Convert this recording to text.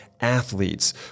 athletes